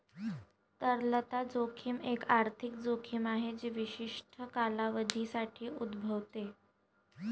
तरलता जोखीम एक आर्थिक जोखीम आहे जी विशिष्ट कालावधीसाठी उद्भवते